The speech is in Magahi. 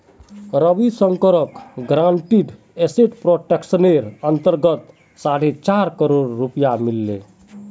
रविशंकरक गारंटीड एसेट प्रोटेक्शनेर अंतर्गत साढ़े चार करोड़ रुपया मिल ले